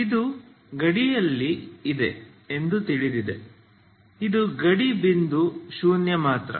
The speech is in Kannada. ಇದು ಗಡಿಯಲ್ಲಿ ಇದೆ ಎಂದು ತಿಳಿದಿದೆ ಇದು ಗಡಿ ಬಿಂದು ಶೂನ್ಯ ಮಾತ್ರ